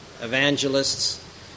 evangelists